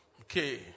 Okay